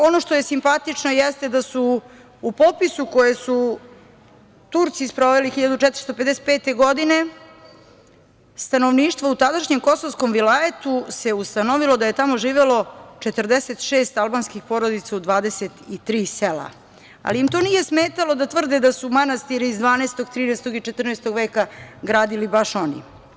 Ono što je simpatično jeste da su u popisu koji su Turci sproveli 1455. godine stanovništvo u tadašnjem kosovskom vilajetu se ustanovilo da je tamo živelo 46 albanskih porodica u 23 sela, ali im to nije smetalo da tvrde da su manastiri iz 12, 13, 14. veka gradili baš oni.